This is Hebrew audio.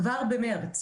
כבר במרץ,